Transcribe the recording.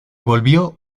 volvió